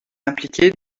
impliquée